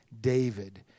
David